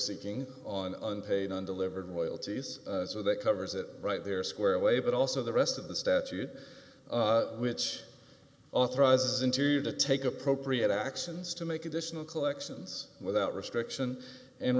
seeking on unpaid on delivered loyalties so that covers it right there square away but also the rest of the statute which authorizes interior to take appropriate actions to make additional collections without restriction and